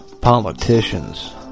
politicians